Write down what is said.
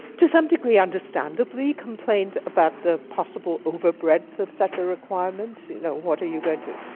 to some degree understandably, complained about the possible over-breadth of such a requirement. you know, what are you going to,